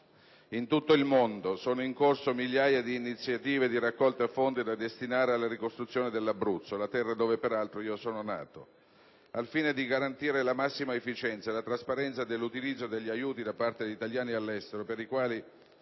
In tutto il mondo sono in corso migliaia di iniziative di raccolta fondi da destinare alla ricostruzione dell'Abruzzo, la terra dove peraltro io sono nato. Al fine di garantire la massima efficienza e la trasparenza nell'utilizzo degli aiuti provenienti dagli italiani all'estero, per i quali